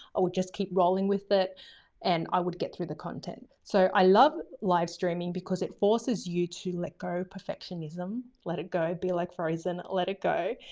i would just keep rolling with it and i would get through the content. so i love livestreaming because it forces you to let go of perfectionism, let it go, be like frozen. let it go,